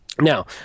Now